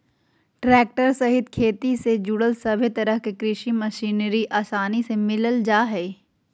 tractor सहित खेती से जुड़ल सभे तरह के कृषि मशीनरी आसानी से मिल जा हइ